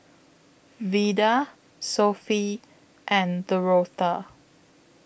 Vida Sophie and Dorotha